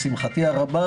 לשמחתי הרבה